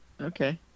Okay